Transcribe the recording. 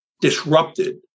disrupted